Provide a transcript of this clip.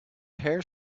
hare